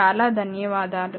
చాలా ధన్యవాదాలు